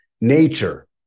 nature